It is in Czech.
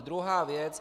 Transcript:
Druhá věc.